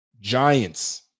Giants